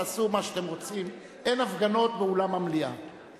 תעשו מה שאתם רוצים, אין הפגנות באולם המליאה.